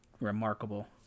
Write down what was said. remarkable